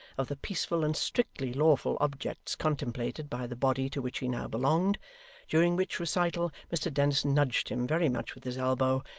of the peaceful and strictly lawful objects contemplated by the body to which he now belonged during which recital mr dennis nudged him very much with his elbow,